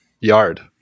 yard